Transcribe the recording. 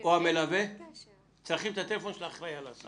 או המלווה צריכים את הטלפון של האחראי על ההסעות?